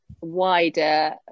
wider